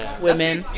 Women